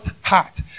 heart